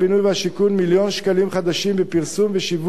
והשיכון מיליון שקלים חדשים בפרסום ושיווק